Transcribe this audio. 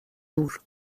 دور